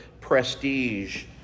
prestige